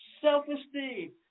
self-esteem